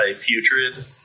Putrid